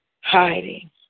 hiding